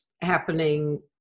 happening